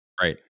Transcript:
right